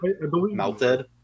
melted